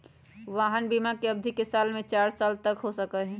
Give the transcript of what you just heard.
वाहन बिमा के अवधि एक साल से चार साल तक के हो सका हई